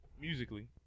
musically